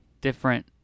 different